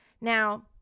Now